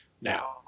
Now